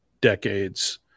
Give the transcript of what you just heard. decades